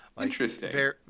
Interesting